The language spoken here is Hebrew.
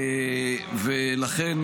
לכן,